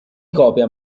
copia